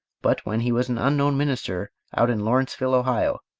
but when he was an unknown minister out in lawrenceville, ohio,